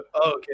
okay